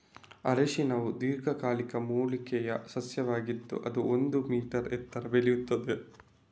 ಅರಿಶಿನವು ದೀರ್ಘಕಾಲಿಕ ಮೂಲಿಕೆಯ ಸಸ್ಯವಾಗಿದ್ದು ಅದು ಒಂದು ಮೀ ಎತ್ತರ ಬೆಳೆಯುತ್ತದೆ